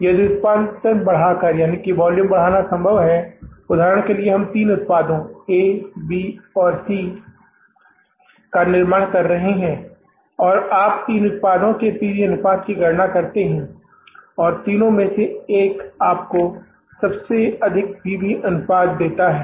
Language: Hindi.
यदि उत्पादन बढ़ाकर वॉल्यूम बढ़ाना संभव है उदाहरण के लिए हम तीन उत्पादों ए बी और सी का निर्माण कर रहे हैं और आप तीन उत्पादों के पी वी अनुपात की गणना करते हैं और तीन में से एक आपको सबसे अधिक पी वी अनुपात देता है